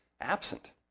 absent